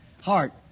heart